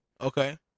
Okay